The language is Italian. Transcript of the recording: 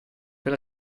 per